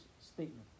statement